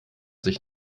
sich